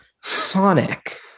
Sonic